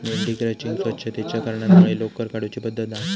मेंढी क्रचिंग स्वच्छतेच्या कारणांमुळे लोकर काढुची पद्धत हा